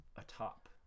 atop